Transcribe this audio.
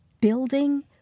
building